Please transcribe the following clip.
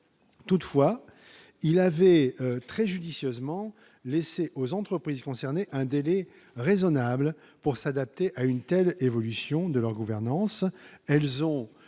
toutefois, il avait très judicieusement laissé aux entreprises concernées un délai raisonnable pour s'adapter à une telle évolution de leur gouvernance,